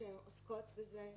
שעוסקות בזה,